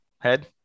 head